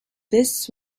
this